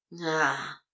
Ah